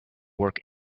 work